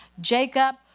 Jacob